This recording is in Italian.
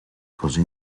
così